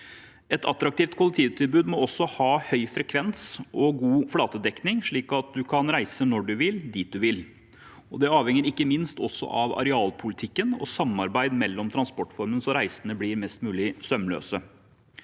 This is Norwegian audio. Et attraktivt kollektivtilbud må også ha høy frekvens og god flatedekning, slik at man kan reise når man vil, dit man vil. Det avhenger ikke minst også av arealpolitikken og samarbeid mellom transportformene, slik at reisene blir mest mulig sømløse.